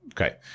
Okay